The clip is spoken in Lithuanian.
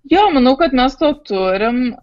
jo manau kad mes to turim